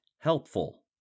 helpful